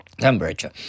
temperature